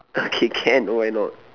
okay can why not